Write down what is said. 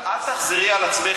אל תצעקי.